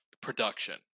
production